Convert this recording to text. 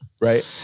Right